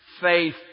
faith